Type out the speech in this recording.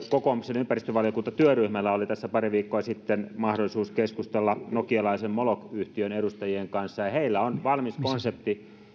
kokoomuksen ympäristövaliokuntatyöryhmällä oli tässä pari viikkoa sitten mahdollisuus keskustella nokialaisen molok yhtiön edustajien kanssa heillä on valmis konsepti